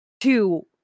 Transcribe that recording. two